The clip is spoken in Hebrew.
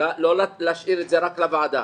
לא להשאיר את זה רק לוועדה.